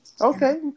Okay